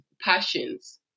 passions